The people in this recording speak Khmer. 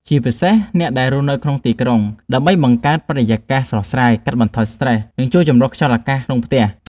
ជាពិសេសអ្នកដែលរស់នៅក្នុងទីក្រុង ដើម្បីបង្កើតបរិយាកាសស្រស់ស្រាយ កាត់បន្ថយស្ត្រេស និងជួយចម្រោះខ្យល់អាកាសក្នុងផ្ទះ។